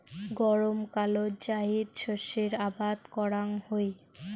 গরমকালত জাইদ শস্যের আবাদ করাং হই